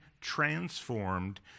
transformed